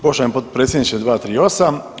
Poštovani potpredsjedniče, 238.